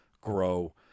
grow